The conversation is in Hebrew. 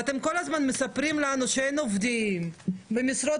ואתם כל הזמן מספרים לנו שאין עובדים ויש משרות